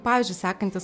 pavyzdžiui sekantis